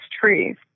trees